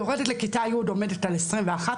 יורדת לכיתה י' עומדת על 21%,